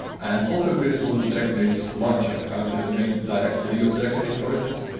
and also do this on the dragon age launcher found in the main directory of dragon age origins.